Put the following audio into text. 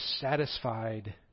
satisfied